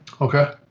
Okay